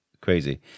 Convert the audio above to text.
crazy